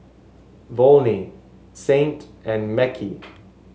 Volney Saint and Mekhi